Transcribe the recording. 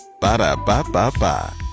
Ba-da-ba-ba-ba